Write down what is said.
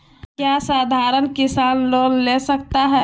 क्या साधरण किसान लोन ले सकता है?